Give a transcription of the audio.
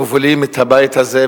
מובילים את הבית הזה,